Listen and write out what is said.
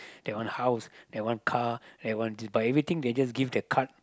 they want house they want car they want but everything they just give the card